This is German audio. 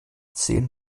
zehn